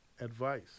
Advice